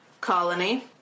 colony